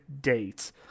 date